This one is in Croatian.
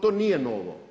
To nije novo.